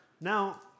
Now